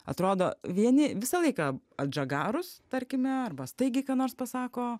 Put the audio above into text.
atrodo vieni visą laiką atžagarūs tarkime arba staigiai ką nors pasako